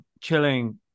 chilling